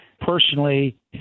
personally